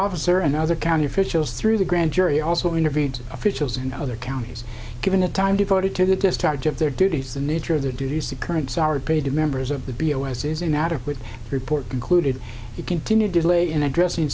officer another county officials through the grand jury also interviewed officials and other counties given the time devoted to the discharge of their duties the nature of their duties the currents are paid to members of the b o s is inadequate report concluded it continued to delay in addressing